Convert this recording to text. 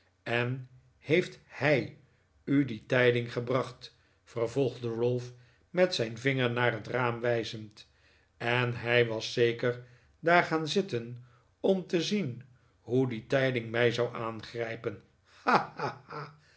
en heeft h ij u die tijding gebracht vervolgde ralph met zijn vinger naar het raam wijzend en hij was zeker daar gaan zitten om te zien hoe die tijding mij zou aangrijpen